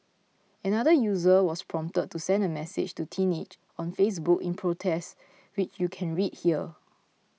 another user was prompted to send a message to teenage on Facebook in protest which you can read here